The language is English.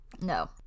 no